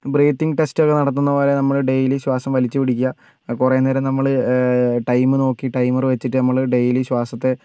breathing test ഒക്കെ നടത്തുന്നത് പോലെ നമ്മൾ ഡെയിലി ശ്വാസം വലിച്ച് പിടിക്കുക കുറേ നേരം നമ്മൾ ടൈം നോക്കി ടൈമർ വെച്ചിട്ട് നമ്മൾ ഡെയിലി ശ്വാസത്തെ